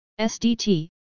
SDT